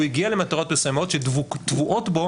הוא הגיע למטרות מסוימות שטבועות בו